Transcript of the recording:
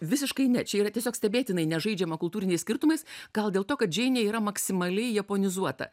visiškai ne čia yra tiesiog stebėtinai nežaidžiama kultūriniais skirtumais gal dėl to kad džeinė yra maksimaliai japonizuota